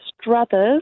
Struthers